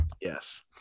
Yes